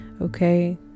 okay